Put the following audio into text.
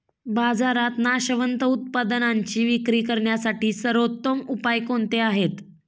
बाजारात नाशवंत उत्पादनांची विक्री करण्यासाठी सर्वोत्तम उपाय कोणते आहेत?